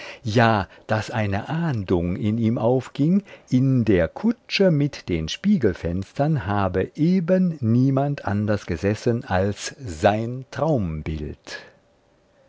ja daß eine ahndung in ihm aufging in der kutsche mit den spiegelfenstern habe eben niemand anders gesessen als sein traumbild